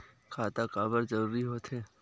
खाता काबर जरूरी हो थे?